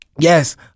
Yes